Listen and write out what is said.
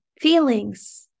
feelings